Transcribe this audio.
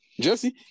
Jesse